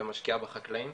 ומשקיעה בחקלאים.